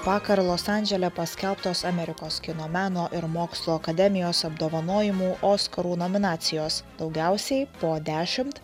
vakar los andžele paskelbtos amerikos kino meno ir mokslo akademijos apdovanojimų oskarų nominacijos daugiausiai po dešimt